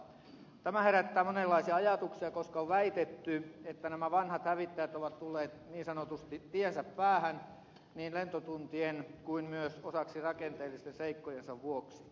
tämä herättää monenlaisia ajatuksia koska on väitetty että nämä vanhat hävittäjät ovat tulleet niin sanotusti tiensä päähän niin lentotuntien kuin myös osaksi rakenteellisten seikkojensa vuoksi